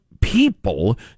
people